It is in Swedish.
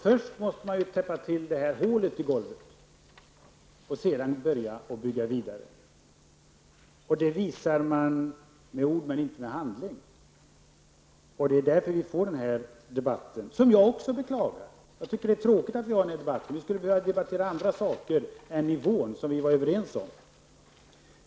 Först måste hålet i golvet täppas till, och sedan kan man börja bygga vidare. Man visar detta med ord men inte med handling. Det är därför vi har fått den här debatten, vilket jag beklagar. Jag tycker att det är tråkigt. Vi skulle behöva debattera andra saker än nivån, som vi var överens om.